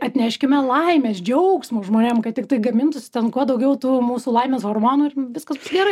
atneškime laimės džiaugsmo žmonėm kad tiktai gamintųsi ten kuo daugiau tų mūsų laimės hormonų ir viskas bus gerai